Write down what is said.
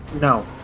No